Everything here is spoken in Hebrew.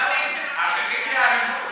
עיסאווי, ייעלבו.